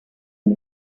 del